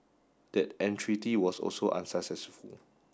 that entreaty was also unsuccessful